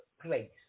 place